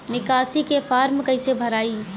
निकासी के फार्म कईसे भराई?